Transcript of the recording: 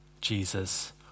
Jesus